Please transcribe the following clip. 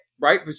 Right